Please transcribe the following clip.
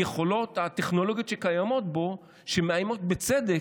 היכולות הטכנולוגיות שקיימות בו מאיימות, ובצדק.